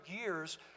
years